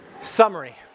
Summary